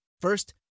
First